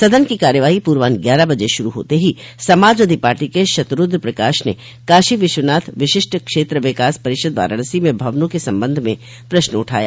सदन की कार्यवाही पूर्वान्ह ग्यारह बजे शुरू होते ही समाजवादी पार्टी के शतुरूद्र प्रकाश ने काशी विश्वनाथ विशिष्ट क्षेत्र विकास परिषद वाराणसी में भवनों के संबंध में प्रश्न उठाया